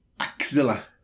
axilla